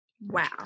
Wow